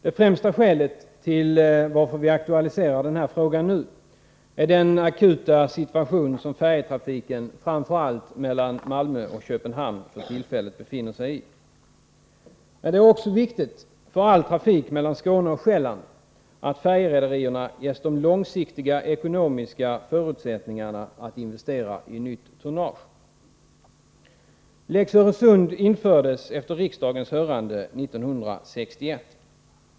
Det främsta skälet till att vi aktualiserar den här frågan nu är den akuta situation som färjetrafiken, framför allt mellan Malmö och Köpenhamn, för tillfället befinner sig i. Men det är också viktigt för all trafik mellan Skåne och Själland att färjerederierna ges de långsiktiga ekonomiska förutsättningarna att investera i nytt tonnage. ”Lex Öresund” infördes efter riksdagens hörande 1961.